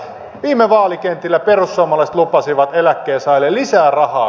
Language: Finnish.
viime vaalikentillä perussuomalaiset lupasivat eläkkeensaajille lisää rahaa